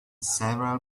several